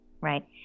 right